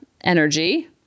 energy